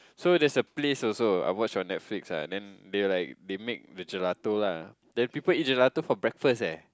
so that's a place also I watch on Netflix ah then they like they made the gelato lah then people eat gelato for breakfast leh